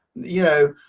you know,